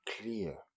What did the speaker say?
clear